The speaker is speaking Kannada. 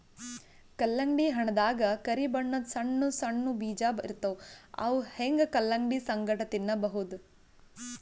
ಕಲ್ಲಂಗಡಿ ಹಣ್ಣ್ ದಾಗಾ ಕರಿ ಬಣ್ಣದ್ ಸಣ್ಣ್ ಸಣ್ಣು ಬೀಜ ಇರ್ತವ್ ಅವ್ ಹಂಗೆ ಕಲಂಗಡಿ ಸಂಗಟ ತಿನ್ನಬಹುದ್